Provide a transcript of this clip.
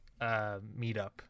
meetup